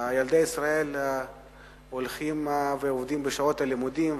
ילדי ישראל הולכים ועובדים בשעות הלימודים,